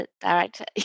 director